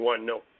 no